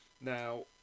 Now